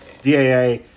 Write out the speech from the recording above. daa